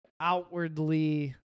outwardly